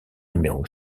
numéro